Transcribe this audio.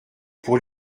pour